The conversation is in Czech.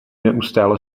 neustále